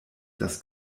das